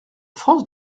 france